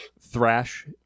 thrash